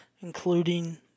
including